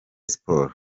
sports